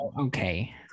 Okay